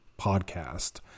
podcast